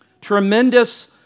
Tremendous